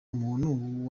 umuntu